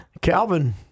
Calvin